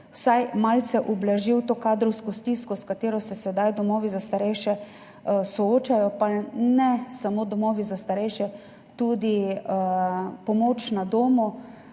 vsaj malce ublažil to kadrovsko stisko, s katero se sedaj domovi za starejše soočajo, pa ne samo domovi za starejše, tudi za pomoč na domu,